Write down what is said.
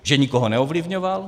Že nikoho neovlivňoval?